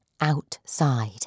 outside